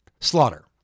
Slaughter